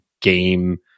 game